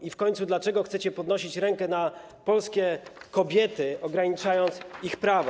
I w końcu dlaczego chcecie podnosić rękę na polskie kobiety, ograniczając ich prawa?